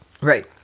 Right